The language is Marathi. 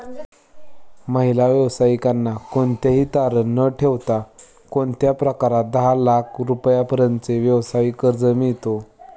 महिला व्यावसायिकांना कोणतेही तारण न ठेवता कोणत्या प्रकारात दहा लाख रुपयांपर्यंतचे व्यवसाय कर्ज मिळतो?